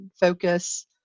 focus